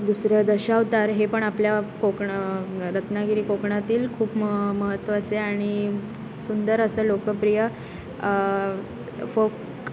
दुसरं दशावतार हे पण आपल्या कोकण रत्नागिरी कोकणातील खूप म महत्त्वाचे आणि सुंदर असं लोकप्रिय फोक